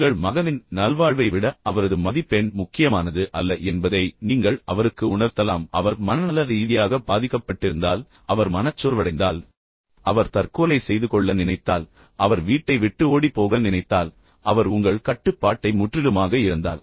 உங்கள் மகனின் நல்வாழ்வை விட அவரது மதிப்பெண் முக்கியமானது என்பதை நீங்கள் அவருக்கு உணர்த்தலாம் அவர் மனநல ரீதியாக பாதிக்கப்பட்டிருந்தால் அவர் மனச்சோர்வடைந்தால் அவர் தற்கொலை செய்து கொள்ள நினைத்தால் அவர் வீட்டை விட்டு ஓடிப்போக நினைத்தால் அவர் உங்கள் கட்டுப்பாட்டை முற்றிலுமாக இழந்தால்